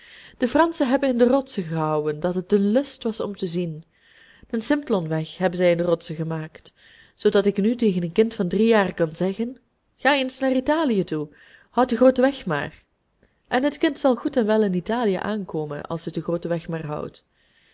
de franschen hebben in de rotsen gehouwen dat het een lust was om te zien den simplonweg hebben zij in de rotsen gemaakt zoodat ik nu tegen een kind van drie jaar kan zeggen ga eens naar italië toe houd den grooten weg maar en het kind zal goed en wel in italië aankomen als het den grooten weg maar houdt